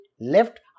left